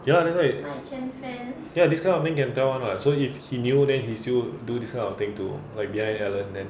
ya that's why ya this kind of thing can tell [one] [what] so if he knew then he still do this kind of thing to like behind alan then